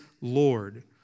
Lord